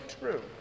true